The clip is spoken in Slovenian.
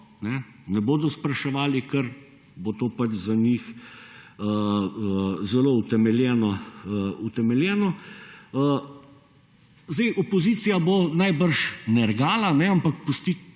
ne bodo spraševali, ker bo to pač za njih zelo utemeljeno. Sedaj opozicija bo najbrž nergala, ampak pusti